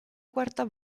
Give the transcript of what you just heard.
quarta